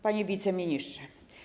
Panie Wiceministrze!